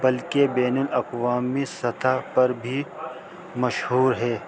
بلکہ بین الاقوامی سطح پر بھی مشہور ہے